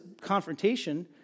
confrontation